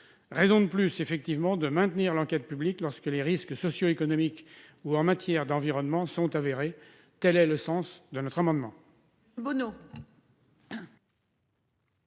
Raison de plus pour maintenir l'enquête publique lorsque des risques socio-économiques ou en matière d'environnement sont avérés. Tel est le sens de cet amendement. La